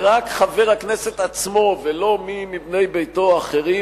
ורק חבר הכנסת עצמו ולא מי מבני ביתו או אחרים,